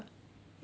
right